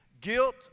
guilt